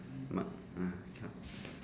mang~ ah cannot